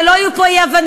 שלא יהיו פה אי-הבנות: